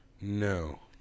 No